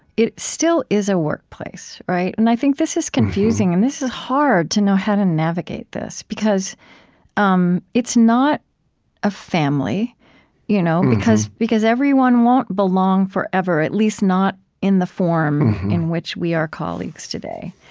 it still is a workplace. and i think this is confusing, and this is hard, to know how to navigate this, because um it's not a family you know because because everyone won't belong, forever at least, not in the form in which we are colleagues today.